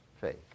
faith